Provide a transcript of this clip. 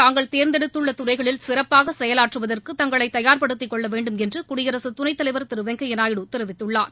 தாங்கள் தேர்ந்தெடுத்துள்ள துறைகளில் சிறப்பாக செயலாற்றுதற்கு தங்களை தயார்படுத்திக் கொள்ள வேண்டும் என்று குடியரசுத் துணைத் தலைவர் திரு வெங்கய்யா நாயுடு தெரிவித்துள்ளார்